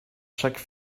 chaque